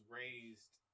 raised